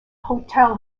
hotel